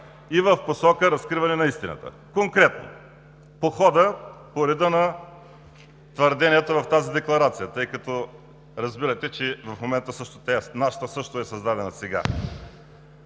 и в посока разкриване на истината. Конкретно по хода, по реда на твърденията в тази декларация, тъй като разбирате, че в момента нашата също е създадена сега.